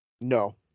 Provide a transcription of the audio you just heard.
No